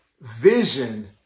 vision